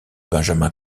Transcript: benjamin